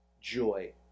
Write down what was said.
Joy